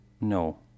No